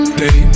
day